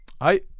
Hi